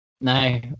No